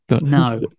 No